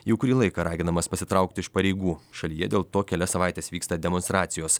jau kurį laiką raginamas pasitraukti iš pareigų šalyje dėl to kelias savaites vyksta demonstracijos